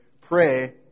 pray